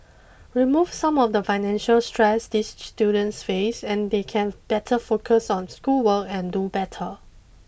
remove some of the financial stress these students face and they can better focus on schoolwork and do better